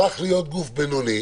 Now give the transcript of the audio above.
הפך להיות גוף בינוני,